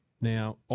Now